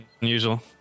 unusual